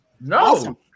No